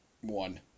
One